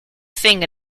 thing